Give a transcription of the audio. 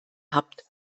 habt